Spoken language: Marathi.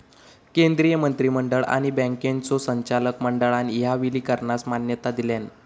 केंद्रीय मंत्रिमंडळ आणि बँकांच्यो संचालक मंडळान ह्या विलीनीकरणास मान्यता दिलान